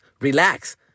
Relax